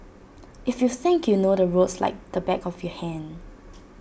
if you think you know the roads like the back of your hand